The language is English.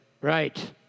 right